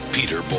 Peter